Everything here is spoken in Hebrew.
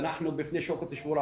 ואנחנו בפני שוקת שבורה.